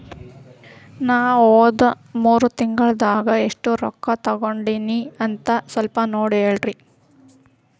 ನಾ ಹೋದ ಮೂರು ತಿಂಗಳದಾಗ ಎಷ್ಟು ರೊಕ್ಕಾ ತಕ್ಕೊಂಡೇನಿ ಅಂತ ಸಲ್ಪ ನೋಡ ಹೇಳ್ರಿ